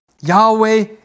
Yahweh